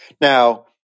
Now